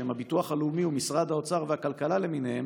שהם הביטוח הלאומי ומשרד האוצר והכלכלה למיניהם,